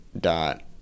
dot